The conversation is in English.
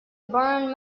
burn